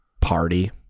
party